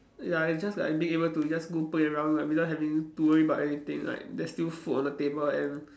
ya it's just like being able to just go play around like without having to worry about anything like there's still food on the table and